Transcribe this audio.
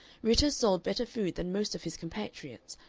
ritter sold better food than most of his compatriots,